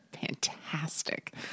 Fantastic